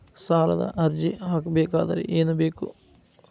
ಸಾಲದ ಅರ್ಜಿ ಹಾಕಬೇಕಾದರೆ ಏನು ಬೇಕು?